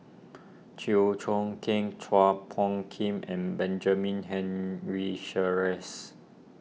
Chew Choo Keng Chua Phung Kim and Benjamin Henry Sheares